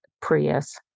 Prius